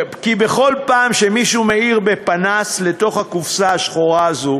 בכל פעם שמישהו מאיר בפנס לתוך הקופסה השחורה הזו